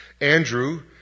Andrew